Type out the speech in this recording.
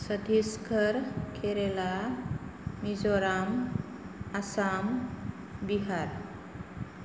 Chhattisgarh Kerala Mizoram Assam Bihar